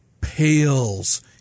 pales